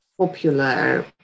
popular